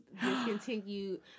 discontinued